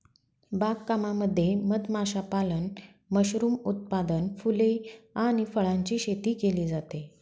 बाग कामामध्ये मध माशापालन, मशरूम उत्पादन, फुले आणि फळांची शेती केली जाते